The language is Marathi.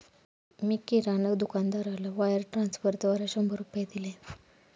मी किराणा दुकानदाराला वायर ट्रान्स्फरद्वारा शंभर रुपये दिले